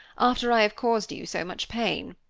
after i have caused you so much pain.